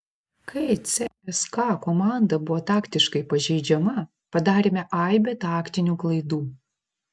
kai cska komanda buvo taktiškai pažeidžiama padarėme aibę taktinių klaidų